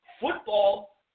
Football